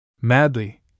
Madly